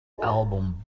album